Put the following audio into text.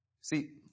See